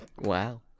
Wow